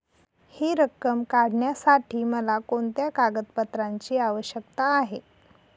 हि रक्कम काढण्यासाठी मला कोणत्या कागदपत्रांची आवश्यकता आहे?